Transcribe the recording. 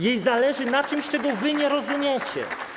Jej zależy na czymś, czego wy nie rozumiecie.